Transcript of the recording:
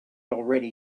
already